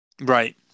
Right